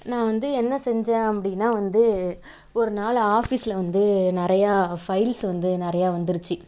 நான் வந்து என்ன செஞ்சேன் அப்படினா வந்து ஒரு நாள் ஆஃபீஸில் வந்து நிறைய ஃபைல்ஸ் வந்து நிறைய வந்துருச்சு